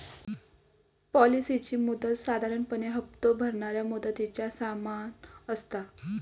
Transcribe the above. पॉलिसीची मुदत साधारणपणे हप्तो भरणाऱ्या मुदतीच्या समान असता